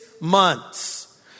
months